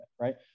right